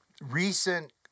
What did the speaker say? recent